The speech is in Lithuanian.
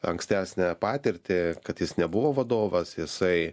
ankstesnę patirtį kad jis nebuvo vadovas jisai